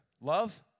Love